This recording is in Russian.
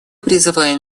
призываем